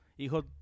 hijo